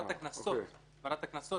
ועדת הקנסות